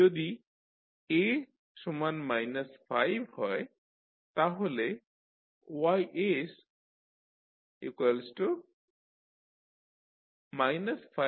যদি A 5 হয় তাহলে Ys 5X